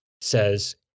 says